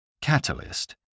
Catalyst